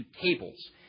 tables